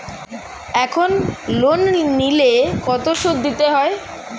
এখন লোন নিলে কত সুদ দিতে হয়?